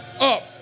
up